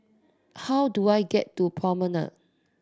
how do I get to Promenade